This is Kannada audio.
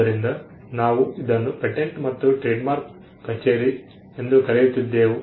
ಆದ್ದರಿಂದ ನಾವು ಇದನ್ನು ಪೇಟೆಂಟ್ ಮತ್ತು ಟ್ರೇಡ್ಮಾರ್ಕ್ ಕಚೇರಿ ಎಂದು ಕರೆಯುತ್ತಿದ್ದೆವು